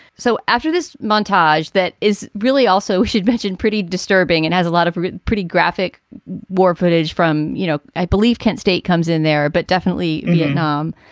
so after this montage that is really also should mention pretty disturbing and has a lot of pretty graphic war footage from, you know, i believe kent state comes in there, but definitely vietnam.